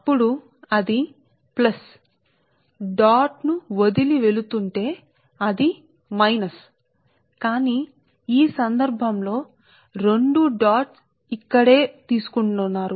కాబట్టి మీరు దానిని తీసుకుంటే అది చుక్క ను వదిలి వెళ్ళి తే అది మైనస్ కానీ ఈ సందర్భంలో రెండు చుక్కలు ఇక్కడే తీసుకోబడతాయి